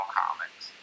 comics